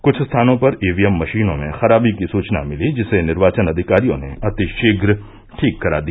कुछ स्थानों पर ईवीएम मषीनों में खराबी की सुचना मिली जिसे निर्वाचन अधिकारियों ने अतिषीघ्र ठीक करा दिया